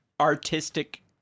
artistic